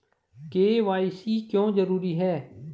KYC क्यों जरूरी है?